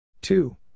Two